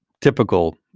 typical